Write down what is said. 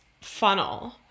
funnel